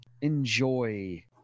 enjoy